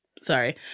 Sorry